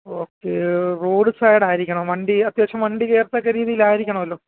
okay road സൈഡായിരിക്കണം വണ്ടി അത്യാവശ്യം വണ്ടി കയറത്തക്ക രീതിയിലായിരിക്കണമല്ലോ